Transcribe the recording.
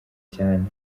cyane